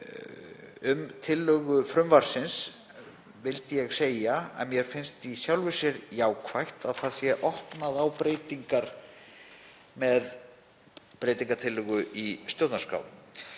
Um tillögu frumvarpsins vildi ég segja að mér finnst í sjálfu sér jákvætt að það sé opnað á breytingar með breytingartillögu í stjórnarskrá.